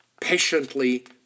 patiently